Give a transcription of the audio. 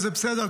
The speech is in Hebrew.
זה בסדר,